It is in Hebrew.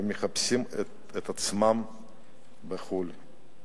ומחפשים את עצמם בחוץ-לארץ.